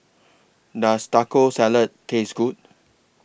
Does Taco Salad Taste Good